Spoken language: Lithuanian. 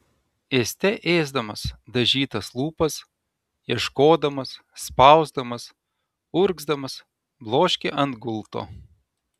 ėste ėsdamas dažytas lūpas ieškodamas spausdamas urgzdamas bloškė ant gulto